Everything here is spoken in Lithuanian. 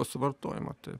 suvartojimą taip